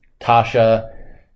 Tasha